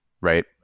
right